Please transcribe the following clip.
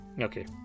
Okay